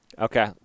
Okay